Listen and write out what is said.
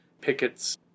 pickets